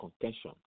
contention